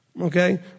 Okay